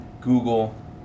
Google